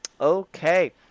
Okay